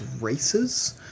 races